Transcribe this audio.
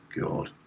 God